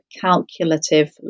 calculative